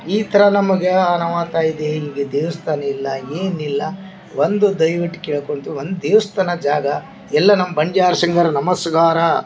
ಈ ಥರ ನಮ್ಗೆ ನೋವಾಗ್ತಾಯಿದೆ ನಮಗೆ ದೇವ್ಸ್ಥಾನಯಿಲ್ಲ ಏನಿಲ್ಲ ಒಂದು ದಯವಿಟ್ಟು ಕೇಳ್ಕೊಳ್ತೇವೆ ಒಂದು ದೇವ್ಸ್ಥಾನ ಜಾಗ ಎಲ್ಲ ನಮ್ಮ ಬಂಜಾರ ನಮಸ್ಕಾರ